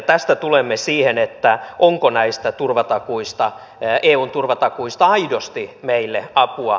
tästä tulemme siihen onko näistä eun turvatakuista aidosti meille apua